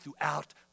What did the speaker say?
throughout